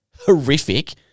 horrific –